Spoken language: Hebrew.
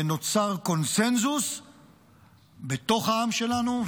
ונוצר קונסנזוס בתוך העם שלנו,